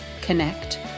Connect